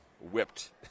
whipped